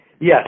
Yes